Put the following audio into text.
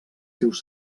seus